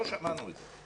לא שמענו את זה.